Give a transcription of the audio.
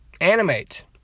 animate